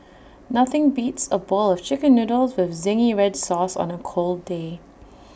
nothing beats A bowl of Chicken Noodles with Zingy Red Sauce on A cold day